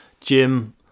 Jim